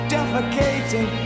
Defecating